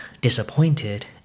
disappointed